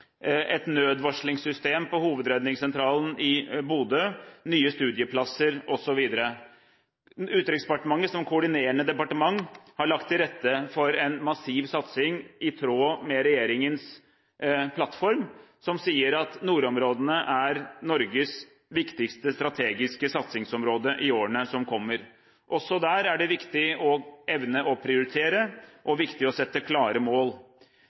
et nødvarslingssystem på hovedredningssentralen i Bodø, nye studieplasser osv. Utenriksdepartementet som koordinerende departement har lagt til rette for en massiv satsing i tråd med regjeringens plattform som sier at nordområdene er Norges viktigste strategiske satsingsområde i årene som kommer. Også der er det viktig å evne å prioritere og å sette klare mål.